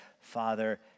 Father